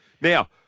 Now